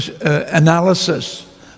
analysis